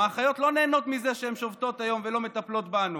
האחיות לא נהנות מזה שהן שובתות היום ולא מטפלות בנו.